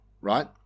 Right